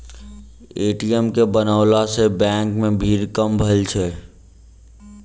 ATM के बनओला सॅ बैंक मे भीड़ कम भेलै अछि